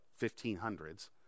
1500s